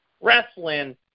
Wrestling